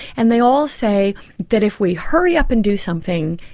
and they all say that if we hurry up and do something,